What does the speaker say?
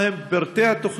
2. מה הם פרטי התוכנית?